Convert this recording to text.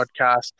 podcast